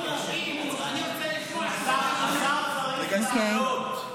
רוצה לשמוע --- השר צריך לענות.